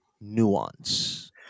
nuance